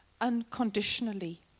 unconditionally